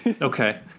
okay